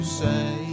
say